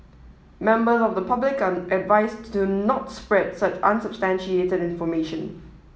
members of the public are advised to not to spread such unsubstantiated information